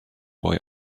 boy